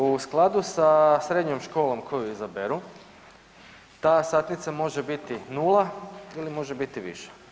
U skladu sa srednjom školom koju izaberu ta satnica može biti nula ili može biti više.